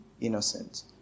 innocent